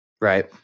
Right